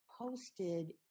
posted